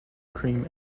cream